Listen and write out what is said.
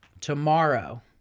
tomorrow